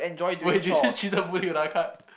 wait did you put another card